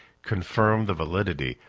confirmed the validity,